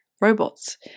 robots